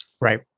Right